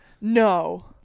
No